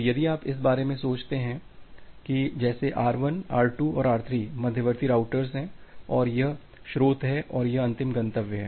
तो यदि आप इस बारे में सोचते हैं कि जैसे R1 R2 और R3 मध्यवर्ती राऊटरर्स हैं और यह स्रोत है और यह अंतिम गंतव्य है